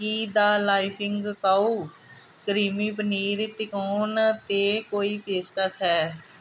Ki the laughing cow creamy paneer ਤਿਕੋਣ ਤੇ ਕੋਈ ਪੇਸ਼ਕਸ਼ ਹੈ